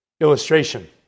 Illustration